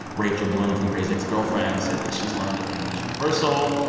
rachel bloom from crazy ex-girlfriend said that she's learned that pain is universal.